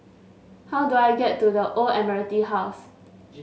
how do I get to The Old Admiralty House